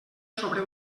sobre